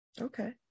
Okay